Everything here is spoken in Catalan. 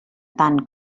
tant